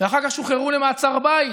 ואחר כך שוחררו למעצר בית,